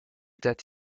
that